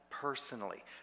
personally